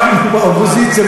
אנחנו באופוזיציה,